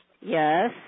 Yes